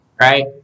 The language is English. Right